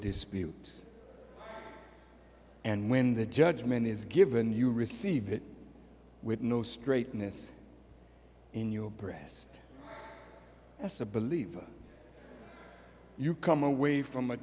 dispute and when the judgment is given you receive it with no straightness in your breast that's a believe you come away from a